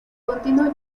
continuó